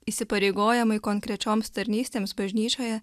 įsipareigojimai konkrečioms tarnystėms bažnyčioje